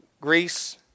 Greece